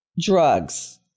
drugs